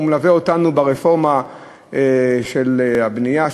הוא מלווה אותנו ברפורמה של הבנייה,